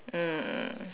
mm